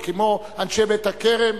כמו אנשי בית-הכרם.